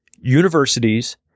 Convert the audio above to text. universities